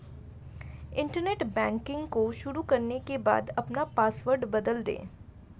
internet banking को शुरू करने के बाद अपना पॉसवर्ड बदल दे